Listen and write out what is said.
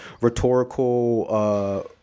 rhetorical